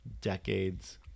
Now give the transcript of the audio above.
decades